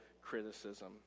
criticism